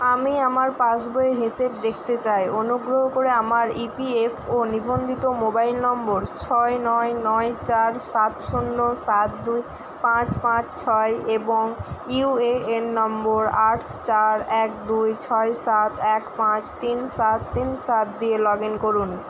আমি আমার পাসবইয়ের হিসেব দেখতে চাই অনুগ্রহ করে আমার ইপিএফও নিবন্ধিত মোবাইল নম্বর ছয় নয় নয় চার সাত শূন্য সাত দুই পাঁচ পাঁচ ছয় এবং ইউএএন নম্বর আট চার এক দুই ছয় সাত এক পাঁচ তিন সাত তিন সাত দিয়ে লগ ইন করুন